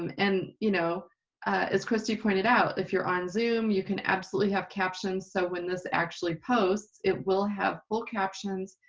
um and you know as kristy pointed out if you're on zoom you can absolutely have captions so when this actually posts it will have full captions.